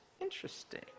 Interesting